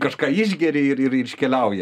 kažką išgeri ir ir ir iškeliauji